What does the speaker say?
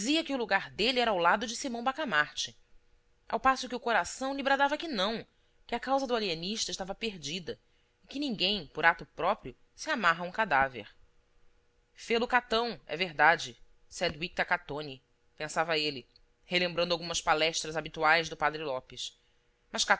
que o lugar dele era ao lado de simão bacamarte ao passo que o coração lhe bradava que não que a causa do alienista estava perdida e que ninguém por ato próprio se amarra a um cadáver fê-lo catão é verdade sed victa catoni pensava ele relembrando algumas palestras habituais do padre lopes